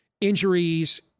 injuries